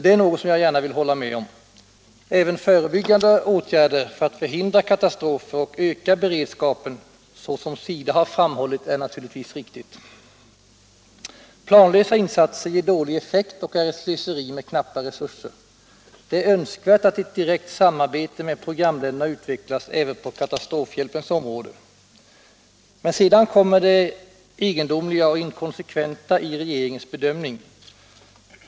Det är något som jag gärna vill hålla med om. Även förebyggande åtgärder för att förhindra katastrofer och öka beredskapen, som SIDA har framhållit, är naturligtvis riktiga. Planlösa insatser ger dålig effekt och är ett slöseri med knappa resurser. Det är önskvärt att ett direkt samarbete med programländerna utvecklas även på katastrofhjälpens område. Men sedan kommer det egendomliga och inkonsekventa i regeringens bedömning.